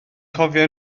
cofio